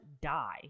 die